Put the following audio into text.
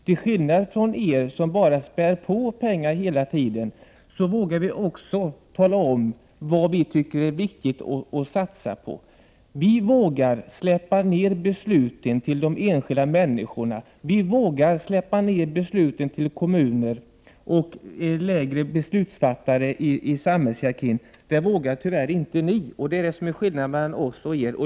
Till skillnad från vpk, som bara spär på pengar hela tiden, vågar vi tala om vad vi anser vara viktigt att satsa på. Vi vågar överlåta besluten på de enskilda människorna, på kommunerna och 73 lägre befattningshavare i samhällshierarkin. Det vågar tyvärr inte ni, och det är detta som är skillnaden mellan oss och er.